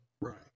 Right